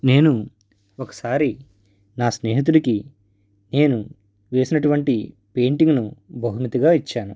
నేను ఒకసారి నా స్నేహితుడికి నేను వేసినటువంటి పెయింటింగ్ను బహుమతిగా ఇచ్చాను